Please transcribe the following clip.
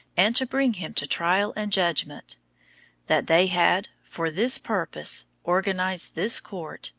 and to bring him to trial and judgment that they had, for this purpose, organized this court,